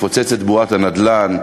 לפוצץ את בועת הנדל"ן,